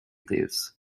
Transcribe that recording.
thieves